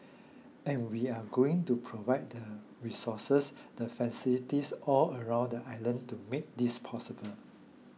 and we are going to provide the resources the facilities all around the island to make this possible